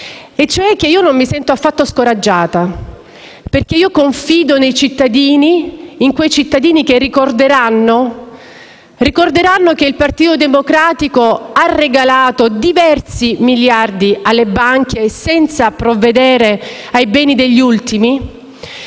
dire che non mi sento affatto scoraggiata, perché confido nei cittadini, in quei cittadini che ricorderanno. Ricorderanno che il Partito Democratico ha regalato diversi miliardi di euro alle banche, senza provvedere ai beni degli ultimi.